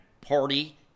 party